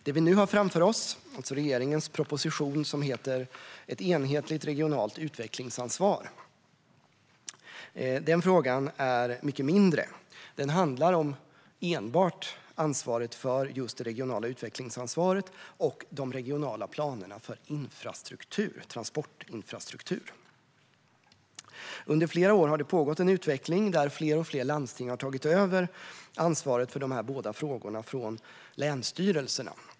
Det vi nu har framför oss, alltså regeringens proposition Ett enhetligt regionalt utvecklingsansvar , handlar om en mycket mindre fråga. Den handlar enbart om ansvaret för just den regionala utvecklingen och de regionala planerna för transportinfrastruktur. Under flera år har det pågått en utveckling där fler och fler landsting har tagit över ansvaret för dessa båda frågor från länsstyrelserna.